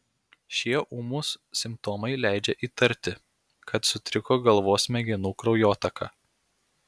šie ūmūs simptomai leidžia įtarti kad sutriko galvos smegenų kraujotaka